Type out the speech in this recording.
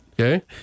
Okay